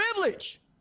privilege